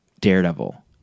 Daredevil